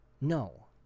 no